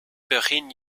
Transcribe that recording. begin